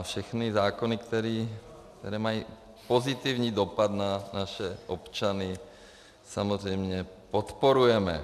Všechny zákony, které mají pozitivní dopad na naše občany, samozřejmě podporujeme.